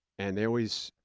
and they always,